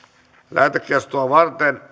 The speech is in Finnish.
lähetekeskustelua varten